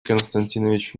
константинович